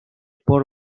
por